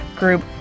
group